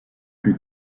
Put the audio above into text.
plus